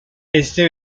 este